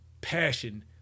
passion